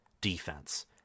defense